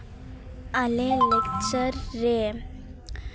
ᱟᱞᱮ ᱞᱟᱠᱪᱟᱨ ᱨᱮ